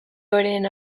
horien